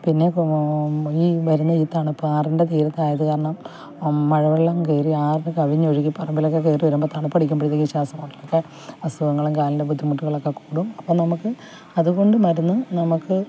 പിന്നെ ഈ മരുന്ന് ഈ തണുപ്പ് ആറിൻ്റെ തീരത്ത് ആയതുകാരണം മഴവെള്ളം കയറി ആറൊക്കെ കവിഞ്ഞൊഴുകി പറമ്പിലൊക്കെ കേറി വരുമ്പോൾ തണുപ്പ് അടിക്കുമ്പോഴത്തേക്ക് ഈ ശ്വാസം മുട്ടുലൊക്കെ അസുഖങ്ങളും കാലിൻ്റെ ബുദ്ധിമുട്ടുകളൊക്കെ കൂടും അപ്പം നമുക്കും അതുകൊണ്ട് മരുന്ന് നമുക്ക്